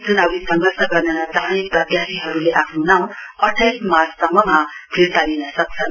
चुनावी संघर्ष गर्न नचाहने प्रत्याशीहरुले आफ्नो नाउँ अठाइस मार्चसम्ममा फिर्ता लिन सक्छन